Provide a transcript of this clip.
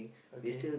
okay